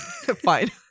fine